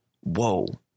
whoa